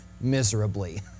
miserably